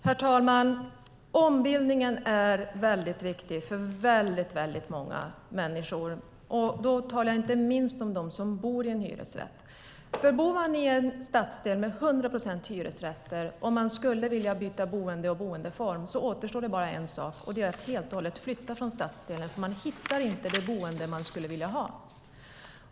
Herr talman! Ombildningen är väldigt viktig för många människor, och då talar jag inte minst om dem som bor i hyresrätt. Om man bor i en stadsdel med hundra procent hyresrätter och skulle vilja byta boende och boendeform återstår det bara en sak, och det är att helt och hållet flytta från stadsdelen då man inte hittar det boende man skulle vilja ha.